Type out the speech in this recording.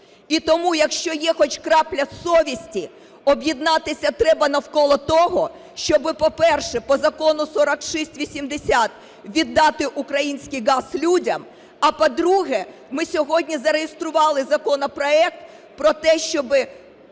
І тому, якщо є хоч крапля совісті, об'єднатися треба навколо того, щоби, по-перше, по Закону 4680 віддати український газ людям. А по-друге, ми сьогодні зареєстрували законопроект про те, щоби